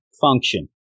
function